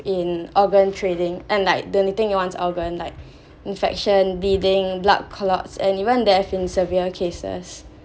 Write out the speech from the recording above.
in organ trading and like donating ones organs like infection bleeding blood clots and even death in severe cases